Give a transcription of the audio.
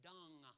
Dung